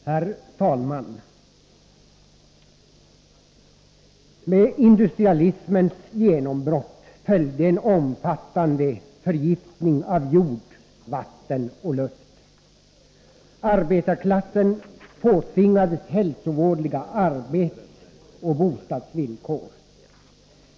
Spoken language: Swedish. Herr talman! ”Med industrialismens genombrott följde en omfattande förgiftning av jord, vatten och luft. Arbetarklassen påtvingades hälsovådliga arbetsoch bostadsvillkor.